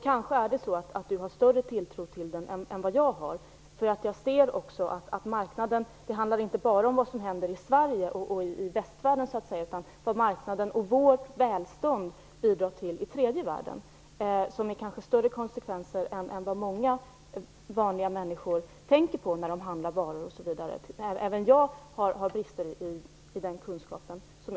Kanske har Lennart Fremling större tilltro till den än jag har. Jag ser också att marknaden inte bara handlar om det som händer i Sverige och i västvärlden. Det marknaden och vårt välstånd bidrar till i tredje världen är kanske större konsekvenser än många vanliga människor tänker på när de handlar varor. Även jag har brister i det kunnandet.